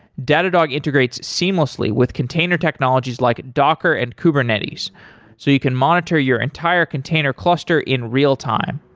datadog integrates seamlessly with container technologies like docker and kubernetes so you can monitor your entire container cluster in real-time.